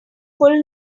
full